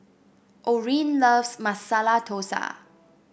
Orin loves Masala Dosa